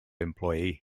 employee